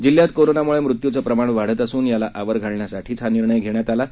जिल्ह्यात कोरोनामुळे मृत्यूदे प्रमाण वाढत असून याला आवर घालण्यासाठी हा निर्णय घेतला आहे